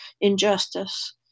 injustice